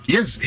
Yes